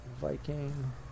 Viking